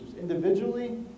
individually